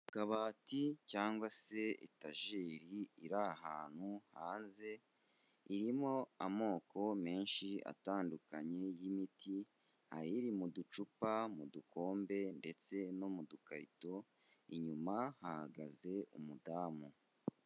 Akabati cyangwa se etajeri iri ahantu hanze, irimo amoko menshi atandukanye y'imiti hari iri mu ducupa, mu dukombe ndetse no mu dukarito, inyuma hahagaze umudamu.